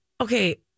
Okay